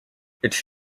its